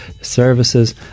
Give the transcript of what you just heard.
Services